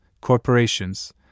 corporations